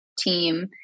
team